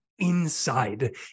inside